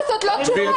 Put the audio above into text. זאת לא תשובה.